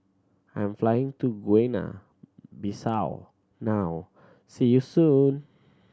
I'm flying to Guinea Bissau now see you soon